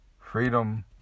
Freedom